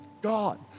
God